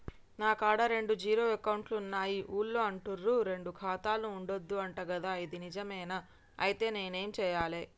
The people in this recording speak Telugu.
నా కాడా రెండు జీరో అకౌంట్లున్నాయి ఊళ్ళో అంటుర్రు రెండు ఖాతాలు ఉండద్దు అంట గదా ఇది నిజమేనా? ఐతే నేనేం చేయాలే?